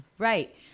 Right